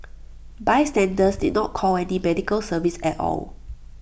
bystanders did not call any medical service at all